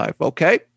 Okay